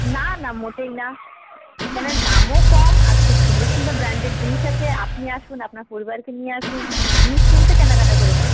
না না মোটেই না এখানের দামও কম আর খুব সুন্দর সুন্দর ব্র্যাণ্ডেড জিনিস আছে আপনি আসুন আপনার পরিবারকে নিয়ে আসুন নিশ্চিন্তে কেনাকাটা করে যান